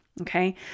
okay